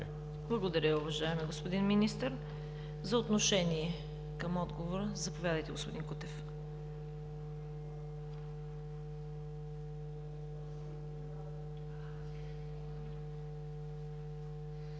Благодаря, уважаеми господин Министър. За отношение към отговора – заповядайте, господин Кутев. АНТОН